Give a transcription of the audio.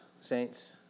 saints